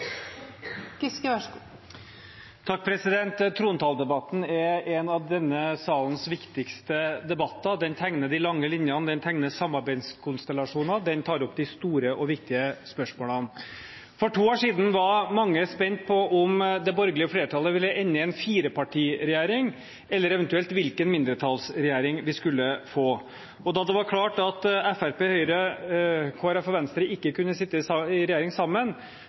Trontaledebatten er en av denne salens viktigste debatter. Den tegner de lange linjene, den tegner samarbeidskonstellasjoner, den tar opp de store og viktige spørsmålene. For to år siden var mange spent på om det borgerlige flertallet ville ende i en firepartiregjering, eller eventuelt hvilken mindretallsregjering vi skulle få. Da det var klart at Fremskrittspartiet, Høyre, Kristelig Folkeparti og Venstre ikke kunne sitte i regjering sammen,